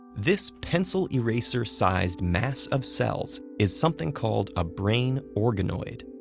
this pencil-eraser-sized mass of cells is something called a brain organoid.